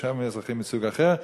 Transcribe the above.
ושם אזרחים מסוג אחר.